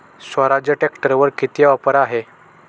स्वराज ट्रॅक्टरवर किती ऑफर आहे?